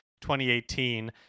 2018